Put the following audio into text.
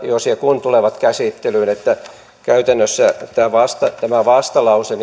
jos ja kun ne tulevat käsittelyyn niin että käytännössä tämä vastalause